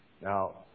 Now